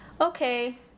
okay